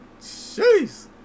Jeez